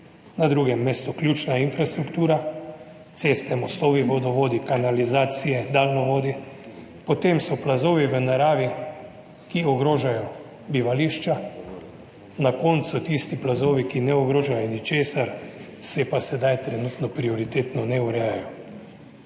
Na drugem mestu ključna infrastruktura, ceste, mostovi, vodovodi, kanalizacije, daljnovodi, potem so plazovi v naravi, ki ogrožajo bivališča, na koncu tisti plazovi, ki ne ogrožajo ničesar, se pa sedaj trenutno prioritetno ne urejajo.